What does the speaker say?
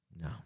No